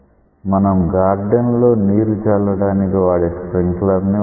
మన గార్డెన్ లో నీరు జల్లడానికి వాడే స్ప్రింక్లర్ ని వాడతాము